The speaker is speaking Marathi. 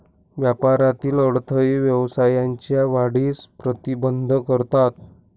व्यापारातील अडथळे व्यवसायाच्या वाढीस प्रतिबंध करतात